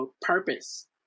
purpose